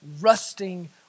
rusting